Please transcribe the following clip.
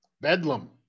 Bedlam